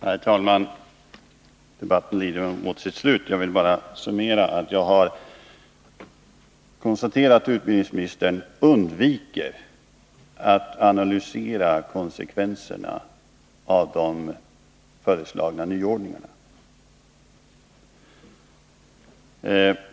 Herr talman! Debatten lider mot sitt slut, och jag vill bara göra en summering. Jag har konstaterat att utbildningsministern undviker att analysera konsekvenserna av de föreslagna nyordningarna.